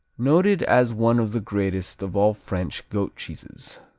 noted as one of the greatest of all french goat cheeses.